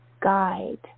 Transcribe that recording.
guide